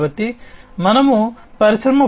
కాబట్టి మనము పరిశ్రమ 4